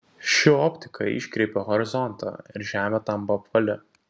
ši optika iškreipia horizontą ir žemė tampa apvali